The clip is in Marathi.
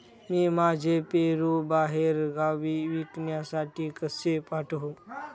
मी माझे पेरू बाहेरगावी विकण्यासाठी कसे पाठवू?